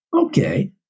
Okay